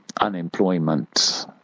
unemployment